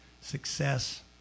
success